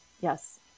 yes